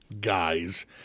guys